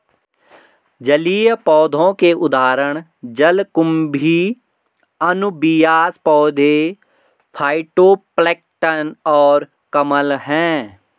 जलीय पौधों के उदाहरण जलकुंभी, अनुबियास पौधे, फाइटोप्लैंक्टन और कमल हैं